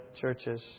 churches